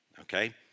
okay